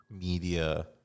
media